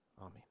Amen